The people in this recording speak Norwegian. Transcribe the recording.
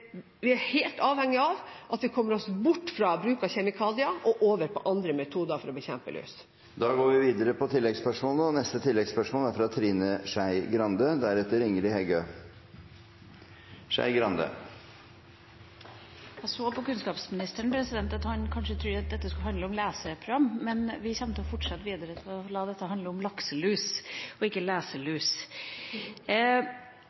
Vi er helt avhengige av å komme oss bort fra bruken av kjemikalier og over på andre metoder for å bekjempe lus. Det blir gitt anledning til oppfølgingsspørsmål – først Trine Skei Grande. Jeg så på kunnskapsministeren at han kanskje trodde at dette skulle handle om leseprogram, men vi kommer til å fortsette å la dette handle om lakselus og ikke